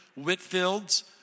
Whitfield's